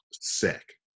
sick